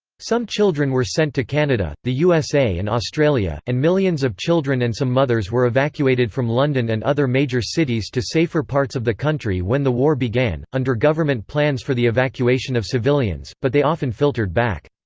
some children were sent to canada, the usa and australia, and millions of children and some mothers were evacuated from london and other major cities to safer parts of the country when the war began, under government plans for the evacuation of civilians, but they often filtered back.